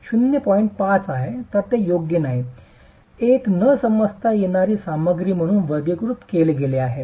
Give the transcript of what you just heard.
5 आहे आणि ते योग्य नाही एक न समजता येणारी सामग्री म्हणून वर्गीकृत केले गेले आहे